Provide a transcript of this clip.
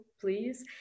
please